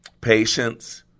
patience